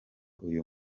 uyu